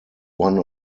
one